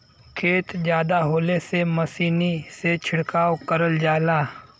खेत जादा होले से मसीनी से छिड़काव करल जाला